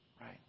right